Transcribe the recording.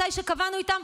מתי שקבענו איתם,